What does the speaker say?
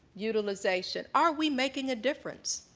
utilization, are we making a difference?